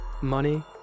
Money